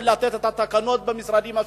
של לתת את התקנות במשרדים השונים,